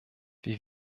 wir